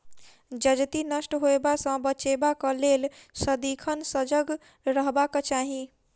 जजति नष्ट होयबा सँ बचेबाक लेल सदिखन सजग रहबाक चाही